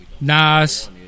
Nas